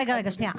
רגע, רגע, שנייה.